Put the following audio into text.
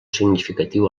significatiu